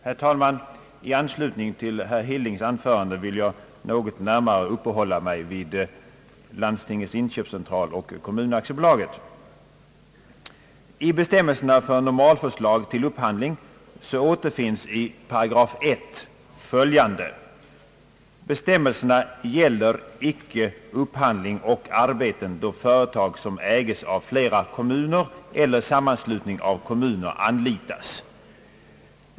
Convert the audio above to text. Herr talman! I anslutning till herr Hildings anförande vill jag något ytterligare uppehålla mig vid Landstingens inköpscentral och Kommunaktiebolaget. I bestämmelserna för normalförslag till upphandling framgår av 1 § att bestämmelserna icke gäller upphandling och arbeten då företag, som äges av flera kommuner eller sammanslutning av kommuner, anlitas.